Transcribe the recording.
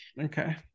Okay